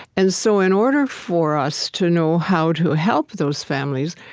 and so in order for us to know how to help those families,